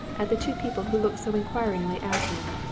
at the two people who looked so inquiringly at him.